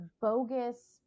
bogus